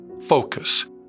Focus